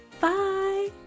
bye